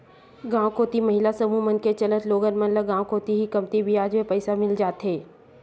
गांव कोती महिला समूह मन के चलत लोगन मन ल गांव कोती ही कमती बियाज म पइसा मिल जाथे